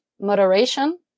moderation